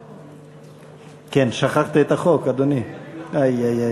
אדוני, שכחת את החוק, אי-אי-אי.